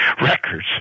records